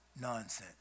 nonsense